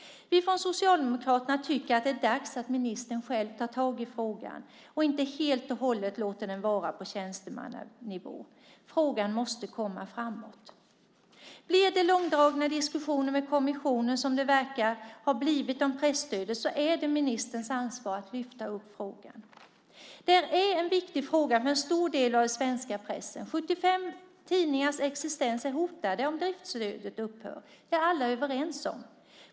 Vi socialdemokrater tycker att det är dags att ministern själv tar tag i frågan och inte helt och hållet låter den vara på tjänstemannanivå. Frågan måste komma framåt. Om det blir långdragna diskussioner med kommissionen, som det verkar ha blivit om presstödet, är det ministerns ansvar att lyfta fram frågan. Det är en viktig fråga för en stor del av den svenska pressen. 75 tidningars existens är hotad om driftsstödet upphör, det är alla överens om.